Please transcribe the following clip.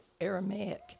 Aramaic